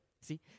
See